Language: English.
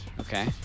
Okay